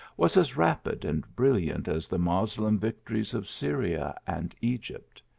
was as rapid and brilliant as the moslem victories of syria and egypt.